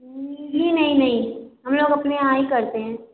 जी नहीं नहीं हम लोग अपने यहाँ ही करते हैं